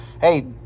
hey